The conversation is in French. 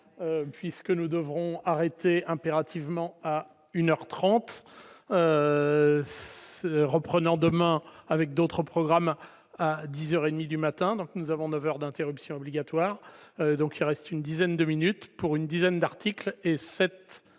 puisque nous devrons arrêter impérativement à une heure 30, reprenant demain avec d'autres programmes à 10 heures et demie du matin, donc nous avons 9 heures d'interruption obligatoire, donc il reste une dizaine de minutes pour une dizaine d'articles et cet